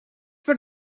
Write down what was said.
what